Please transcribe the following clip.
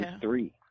three